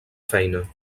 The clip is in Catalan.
feina